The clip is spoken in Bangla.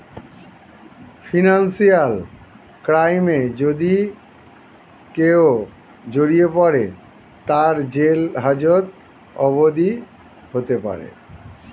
ফিনান্সিয়াল ক্রাইমে যদি কেও জড়িয়ে পরে, তার জেল হাজত অবদি হতে পারে